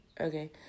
okay